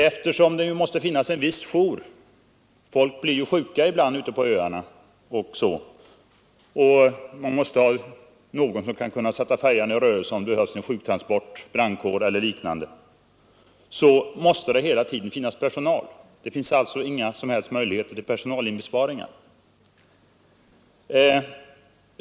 Eftersom det måste finnas en viss jour — folk blir t.ex. sjuka ibland ute på öarna och man måste ha någon som kan sätta färjan i rörelse om det behövs en sjuktransport, utryckning av brandkår eller liknande — finns det inga som helst möjligheter till personalinbesparingar.